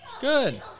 Good